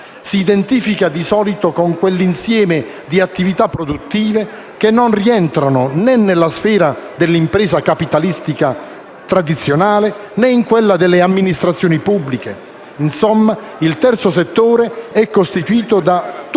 Si identifica, di solito, con l'insieme di attività produttive che non rientrano né nella sfera dell'impresa capitalistica tradizionale né in quella delle amministrazioni pubbliche. Insomma, il terzo settore è costituito da tutte